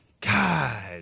God